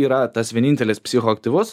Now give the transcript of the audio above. yra tas vienintelis psichoaktyvus